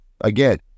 Again